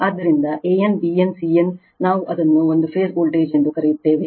ಆದ್ದರಿಂದ a n b n c n ನಾವು ಅದನ್ನು ಒಂದು ಫೇಸ್ ವೋಲ್ಟೇಜ್ ಎಂದು ಕರೆಯುತ್ತೇವೆ